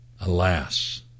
Alas